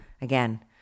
again